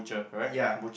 ya